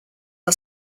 are